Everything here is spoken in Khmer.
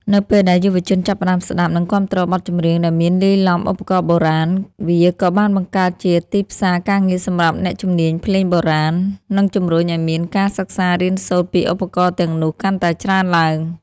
នៅពេលដែលយុវជនចាប់ផ្តើមស្តាប់ និងគាំទ្របទចម្រៀងដែលមានលាយឡំឧបករណ៍បុរាណ វាក៏បានបង្កើតជាទីផ្សារការងារសម្រាប់អ្នកជំនាញភ្លេងបុរាណ និងជំរុញឱ្យមានការសិក្សារៀនសូត្រពីឧបករណ៍ទាំងនោះកាន់តែច្រើនឡើង។